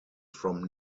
from